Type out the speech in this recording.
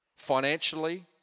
financially